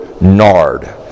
Nard